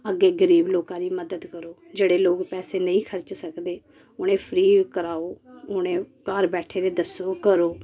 अग्गे गरीब लोकां दी मदद करो जेह्ड़े लोग पैसे नेई खर्ची सकदे उनेंगी फ्री कराओ उनें घर बैठे दे दस्सो करो